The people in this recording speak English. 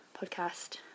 podcast